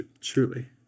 Truly